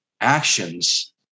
actions